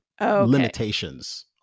limitations